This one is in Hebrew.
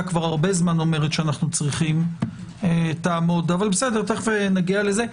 כבר הרבה זמן אומרת שאנחנו צריכים - אבל תכף נגיע לזה.